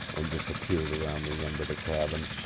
and disappeared around the end of the cabin.